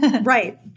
Right